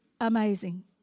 amazing